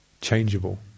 changeable